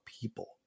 people